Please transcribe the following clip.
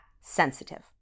sensitive